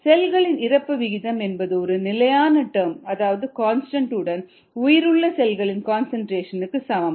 செல்களின் இறப்பு விகிதம் என்பது ஒரு நிலையான டர்ம் அதாவது கன்ஸ்டன்ட் உடன் உயிருள்ள செல்களின் கன்சன்ட்ரேஷனுக்கு சமம்